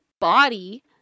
body